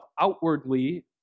outwardly